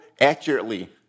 accurately